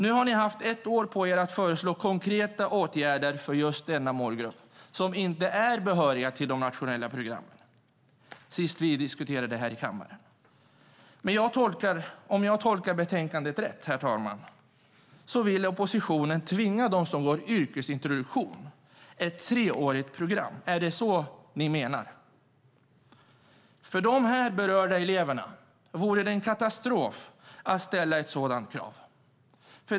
Nu har ni haft ett år på er att föreslå konkreta åtgärder för just denna målgrupp, som inte är behörig till de nationella programmen. Men tolkar jag oppositionens förslag rätt vill man tvinga dem som går yrkesintroduktion att gå ett treårigt program. Är det så ni menar? För de berörda eleverna vore det en katastrof att ställa ett sådant krav.